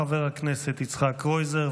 חבר הכנסת יצחק קרויזר.